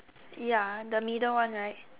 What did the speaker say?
ya the middle one right